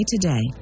Today